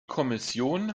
kommission